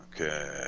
Okay